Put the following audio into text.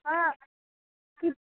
हा